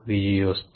విజయోస్తు